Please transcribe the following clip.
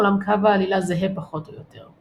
אולם קו העלילה זהה פחות או יותר.